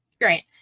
great